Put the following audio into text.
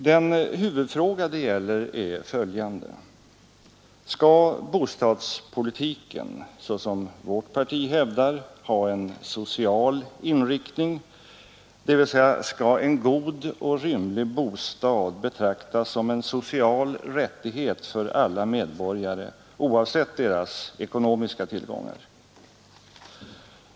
Den huvudfråga det gäller är följande: Skall bostadspolitiken — såsom vårt parti hävdar — ha en social inriktning, dvs. skall en god och rymlig bostad betraktas som en social rättighet för alla medborgare oavsett deras ekonomiska tillgångar?